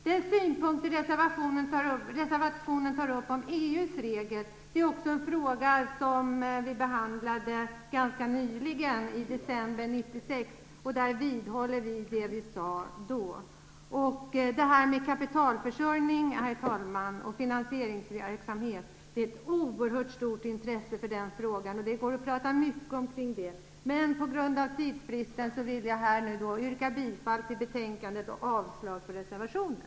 Den synpunkten som tas upp i reservationen om EU:s regler är också en fråga som utgör en del av kommitténs arbete. Vi behandlade den frågan ganska nyligen, i december 1996. Vi vidhåller det som vi då sade. Herr talman! Kapitalförsörjning och finansieringsverksamhet är av ett oerhört stort intresse. Det går att tala mycket om den frågan, men på grund av tidsbristen nöjer jag mig med att yrka bifall till hemställan i betänkandet och avslag på reservationen.